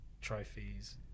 trophies